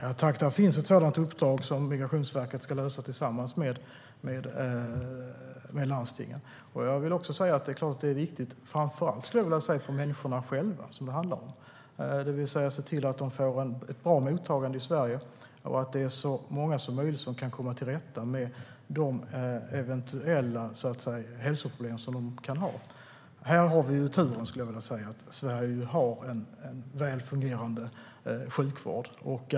Fru talman! Det finns ett sådant uppdrag som Migrationsverket ska lösa tillsammans med landstingen. Det är klart att det är viktigt, framför allt för människorna själva som det handlar om. Det gäller att se till att de får ett bra mottagande i Sverige och att så många som möjligt som kan komma till rätta med de eventuella hälsoproblem som de kan ha. Här har vi turen, skulle jag vilja säga, att ha en väl fungerande sjukvård i Sverige.